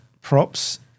props